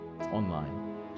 online